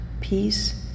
peace